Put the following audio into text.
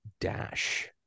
Dash